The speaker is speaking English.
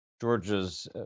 Georgia's